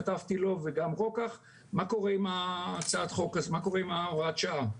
כתבתי לו וגם לרוקח ושמה קורה עם הוראת השעה הזו.